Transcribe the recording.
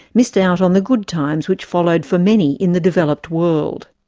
missed out on the good times which followed for many in the developed world.